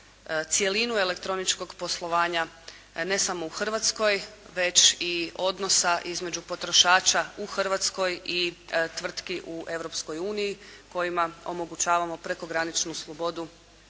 cjelinu elektroničkog poslovanja ne samo u Hrvatskoj već i odnosa između potrošača u Hrvatskoj i tvrtki u Europskoj uniji kojima omogućavamo prekograničnu slobodu